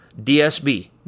DSB